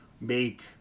make